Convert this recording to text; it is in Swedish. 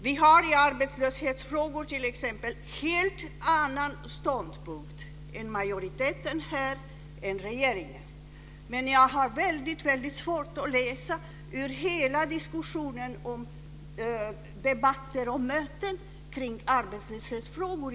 Vi har en helt annan ståndpunkt än majoriteten och regeringen i t.ex. arbetslöshetsfrågor.